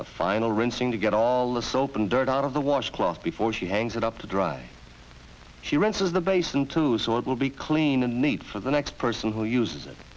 w final rinsing to get all the soap and dirt out of the washcloth before she hangs it up to dry she rents is the basin too so it will be clean and neat for the next person who uses it